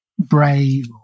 brave